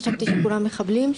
חשבתי שכולם מחבלים,